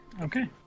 Okay